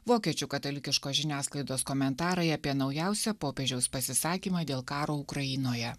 vokiečių katalikiškos žiniasklaidos komentarai apie naujausią popiežiaus pasisakymą dėl karo ukrainoje